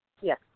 Yes